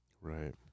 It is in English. Right